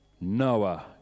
Noah